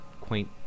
quaint